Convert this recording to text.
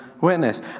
witness